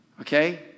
Okay